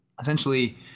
essentially